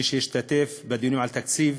מי שהשתתף בדיונים על התקציב,